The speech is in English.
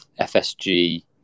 FSG